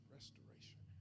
Restoration